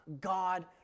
God